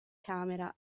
camera